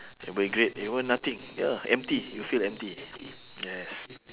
it'll be great everyone nothing ya empty you feel empty yes